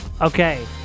okay